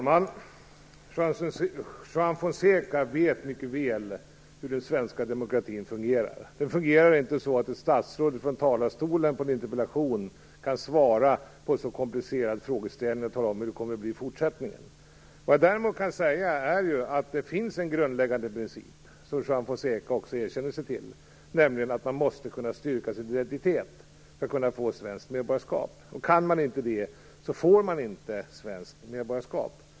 Fru talman! Juan Fonseca vet mycket väl hur den svenska demokratin fungerar. Det är inte så att ett statsråd från talarstolen i en interpellationsdebatt kan svara på en så komplicerad fråga och tala om hur det kommer att bli i fortsättningen. Däremot kan jag säga att det finns en grundläggande princip, vilket Juan Fonseca också erkänner: Man måste kunna styrka sin identitet för att kunna få svenskt medborgarskap. Kan man inte det, får man inte svenskt medborgarskap.